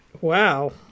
Wow